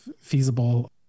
feasible